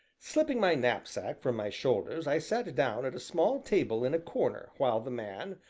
slipping my knapsack from my shoulders, i sat down at a small table in a corner while the man,